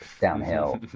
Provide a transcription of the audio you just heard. downhill